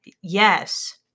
Yes